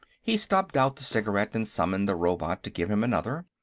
he stubbed out the cigarette and summoned the robot to give him another.